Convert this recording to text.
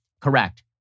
correct